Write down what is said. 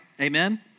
Amen